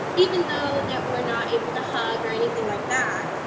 even though that we're not able to hug or anything like that,